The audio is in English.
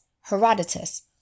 Herodotus